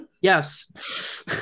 Yes